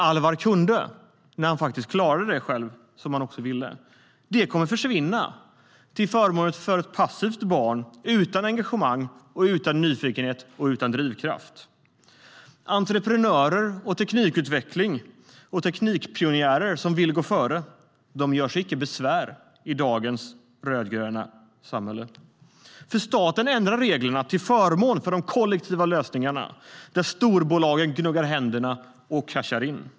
", som kommer när han faktiskt klarar det han vill själv, att försvinna - till förmån för ett passivt barn utan engagemang, utan nyfikenhet och utan drivkraft. Entreprenörer, teknikutveckling och teknikpionjärer som vill gå före göre sig icke besvär i dagens rödgröna samhälle. Staten ändrar nämligen reglerna till förmån för de kollektiva lösningarna, där storbolagen gnuggar händerna och cashar in.